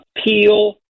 appeal